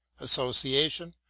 association